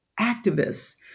activists